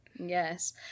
yes